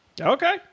Okay